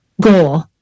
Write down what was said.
goal